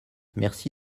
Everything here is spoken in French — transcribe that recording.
merci